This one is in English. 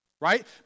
right